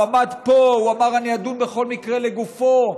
הוא עמד פה ואמר: אני אדון בכל מקרה לגופו.